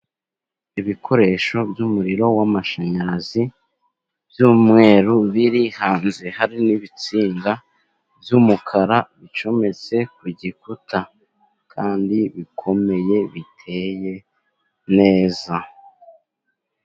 Ibikoresho by'umuriro w'amashanyarazi by'umweru biri hanze, hari n'ibitsinga by'umukara bicometse ku gikuta kandi bikomeye, biteye neza.